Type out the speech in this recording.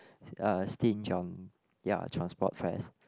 uh stinge on ya transport fares